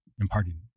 imparting